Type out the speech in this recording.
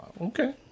Okay